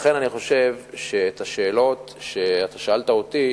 לכן אני חושב שאת השאלות שאתה שאלת אותי